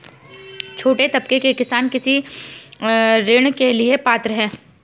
छोटे तबके के किसान कृषि ऋण के लिए पात्र हैं?